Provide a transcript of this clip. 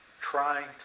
trying